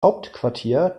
hauptquartier